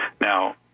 Now